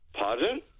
pardon